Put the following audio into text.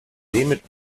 mit